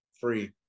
free